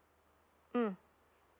mm